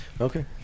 okay